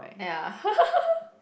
ya